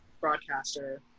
broadcaster